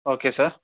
okay sir